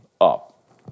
up